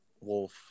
Wolf